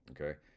okay